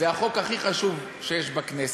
זה החוק הכי חשוב שיש בכנסת,